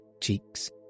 cheeks